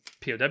POW